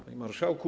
Panie Marszałku!